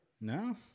No